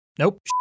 Nope